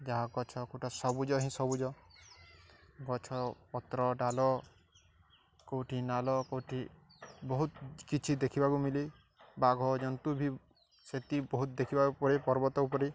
ଯାହା ଗଛପଟା ସବୁଜ ହିଁ ସବୁଜ ଗଛପତ୍ର ଡାଲ କେଉଁଠି ନାଳ କେଉଁଠି ବହୁତ କିଛି ଦେଖିବାକୁ ମିଳେ ବାଘ ଜନ୍ତୁ ବି ସେତିକି ବହୁତ ଦେଖିବାକୁ ପଡ଼େ ପର୍ବତ ଉପରେ